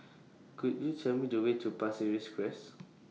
Could YOU Tell Me The Way to Pasir Ris Crest